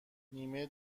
نیمه